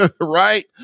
Right